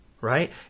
right